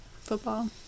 football